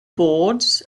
boards